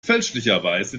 fälschlicherweise